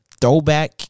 Throwback